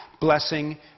blessing